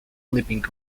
leaping